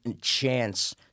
chance